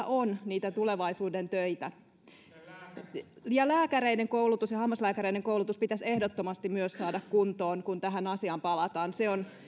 on niitä tulevaisuuden töitä lääkäreiden koulutus ja hammaslääkäreiden koulutus pitäisi ehdottomasti myös saada kuntoon kun tähän asiaan palataan se on